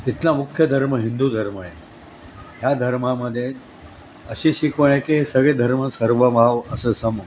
इथला मुख्य धर्म हिंदू धर्म आहे या धर्मामध्ये अशी शिकवण आहे की सगळे धर्म सर्व भाव असं सम